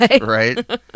Right